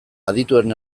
adituen